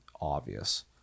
obvious